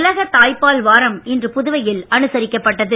உலக தாய்ப்பால் வாரம் இன்று புதுவையில் அனுசரிக்கப்பட்டது